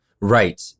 Right